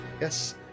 Yes